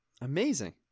Amazing